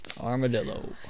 armadillo